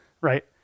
right